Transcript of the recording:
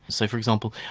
so, for example,